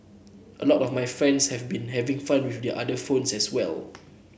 a lot of my friends have been having fun with their other phones as well